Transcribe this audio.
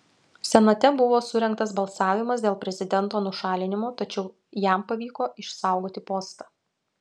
senate buvo surengtas balsavimas dėl prezidento nušalinimo tačiau jam pavyko išsaugoti postą